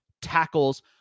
Tackles